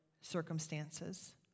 circumstances